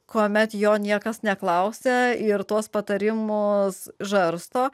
kuomet jo niekas neklausia ir tuos patarimus žarsto